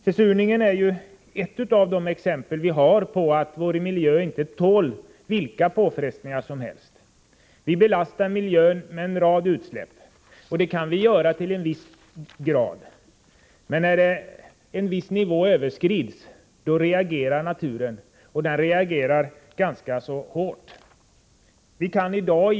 Försurningen är ett av de exempel vi har på att vår miljö inte tål vilka påfrestningar som helst. Vi belastar miljön med en rad utsläpp. Det kan vi göra till en viss grad. Men när en viss nivå överskrids reagerar naturen, och den reagerar ganska kraftigt.